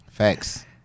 Facts